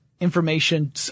Information